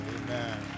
Amen